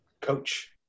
coach